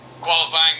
qualifying